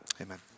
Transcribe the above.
amen